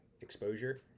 exposure